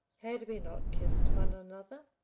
had we not kissed one another,